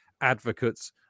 advocates